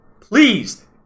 Please